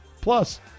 Plus